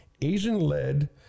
Asian-led